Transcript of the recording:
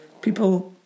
people